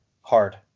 hard